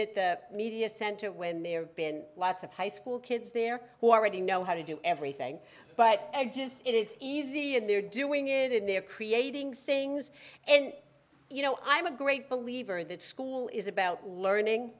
at the media center when they are been lots of high school kids they're already know how to do everything but edges it's easy and they're doing it in they're creating things and you know i was great believer that school is about learning